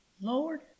Lord